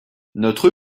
notre